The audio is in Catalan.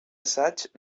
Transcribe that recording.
assaig